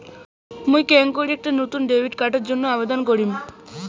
মুই কেঙকরি একটা নতুন ডেবিট কার্ডের জন্য আবেদন করিম?